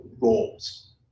roles